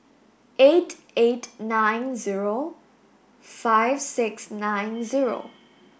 eight eight nine zero five six nine zero